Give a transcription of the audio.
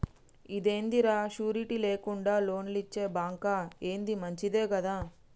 ఇదేందిరా, షూరిటీ లేకుండా లోన్లిచ్చే బాంకా, ఏంది మంచిదే గదా